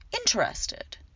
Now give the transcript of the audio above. interested